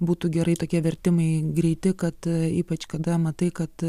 būtų gerai tokie vertimai greiti kad ypač kada matai kad